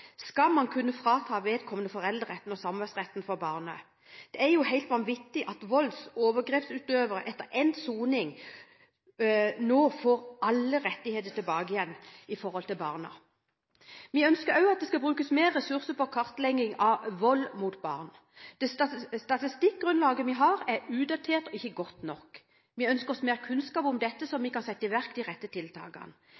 skal man kunne frata vedkommende foreldreretten og samværsretten med barnet. Det er helt vanvittig at volds- og overgrepsutøvere etter endt soning nå får alle rettigheter tilbake igjen overfor barna. Vi ønsker også at det skal brukes mer ressurser på kartlegging av vold mot barn. Det statistikkgrunnlaget vi har, er utdatert og ikke godt nok. Vi ønsker oss mer kunnskap om dette,